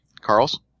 Carl's